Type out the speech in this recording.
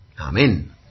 Amen